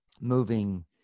moving